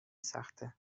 سخته